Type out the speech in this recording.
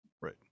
right